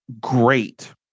great